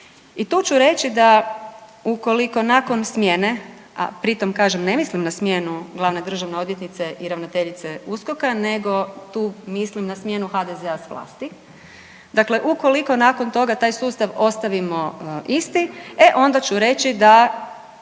I tu ću reći da ukoliko nakon smjene a pritom kažem ne mislim na smjenu glavne državne odvjetnice i ravnateljice USKOK-a, nego tu mislim na smjenu HDZ-a s vlasti. Dakle, ukoliko nakon toga taj sustav ostavimo isti e onda ću reći da